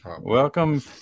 Welcome